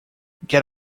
get